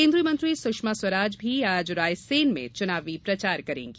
केन्द्रीय मंत्री सुषमा स्वराज आज रायसेन में चुनावी प्रचार करेंगी